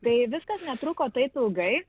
tai viskas netruko taip ilgai